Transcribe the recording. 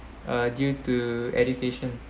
uh due to education